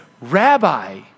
rabbi